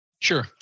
Sure